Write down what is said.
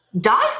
die